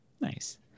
Nice